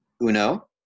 Uno